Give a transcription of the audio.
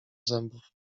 zębów